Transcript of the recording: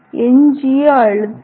M